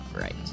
Right